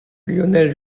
lionel